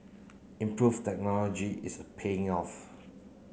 improved technology is paying off